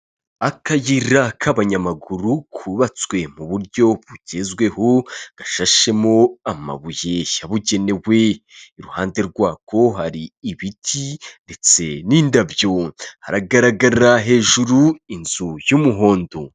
Akayira k'abanyamaguru kubatswe mu buryo bugezweho gashashemowo amabuye yabugenewe. Iruhande rwako hari ibiti ndetse n'indabyo. Hagaragara hejuru inzu y'umuhondo.